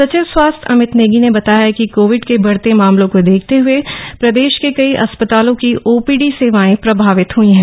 सचिव स्वास्थ्य अमित नेगी ने बताया कि कोविड के बढ़ते मामलों को देखते हुए प्रदेश के कई अस्पतालों की ओर्पोडी सेवाएँ प्रभावित हई हैं